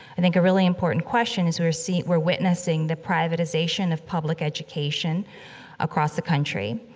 i think a really important question as we're see we're witnessing the privatization of public education across the country.